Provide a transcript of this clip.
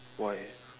why